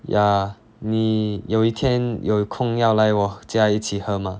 yeah 你有一天有空要来我家一起喝 mah